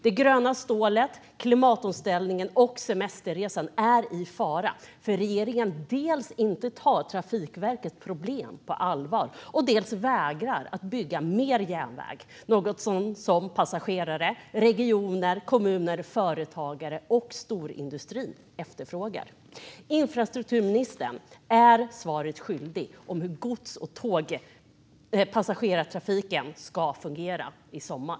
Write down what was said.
Det gröna stålet, klimatomställningen och semesterresan är i fara för att regeringen dels inte tar Trafikverkets problem på allvar, dels vägrar att bygga mer järnväg, något som passagerare, regioner, kommuner, företagare och storindustrin efterfrågar. Infrastrukturministern är svaret skyldig om hur gods och passagerartrafiken ska fungera i sommar.